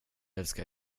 älskar